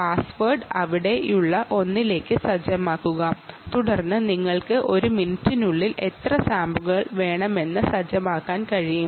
password അവിടെയുള്ള ഒന്നിലേക്ക് സജ്ജമാക്കുക തുടർന്ന് നിങ്ങൾക്ക് ഒരു മിനിറ്റിനുള്ളിൽ എത്ര സാമ്പിളുകൾ വേണമെന്ന് തിരഞ്ഞെടുക്കാൻ കഴിയും